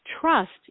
trust